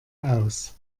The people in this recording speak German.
aus